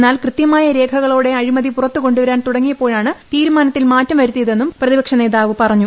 എന്നാൽ കൃത്യമായ രേഖകളോടെ അഴിമതി പുറത്ത് കൊണ്ടുവരാൻ തുടങ്ങിയപ്പോഴാണ് തീരുമാനത്തിൽ മാറ്റം വരുത്തിയതെന്നും നേതാവ് പറഞ്ഞു